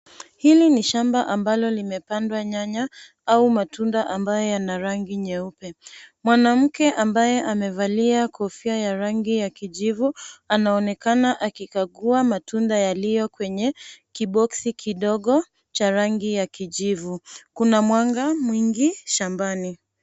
Hili ni shamba ambalo limepandwa nyanya au matunda ambayo yana rangi nyeupe, mwanamke ambaye amevalia kofia ya rangi ya kijivu anaonekana akikagua matunda yaliyo kwenye kiboksi kidogo cha rangi ya kijivu, kuna mwanga mwingi shambani.